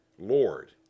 Lord